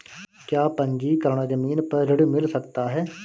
क्या पंजीकरण ज़मीन पर ऋण मिल सकता है?